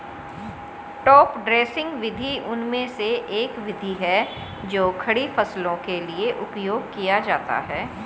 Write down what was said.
top dressing विधि उनमें से एक विधि है जो खड़ी फसलों के लिए उपयोग किया जाता है